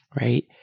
right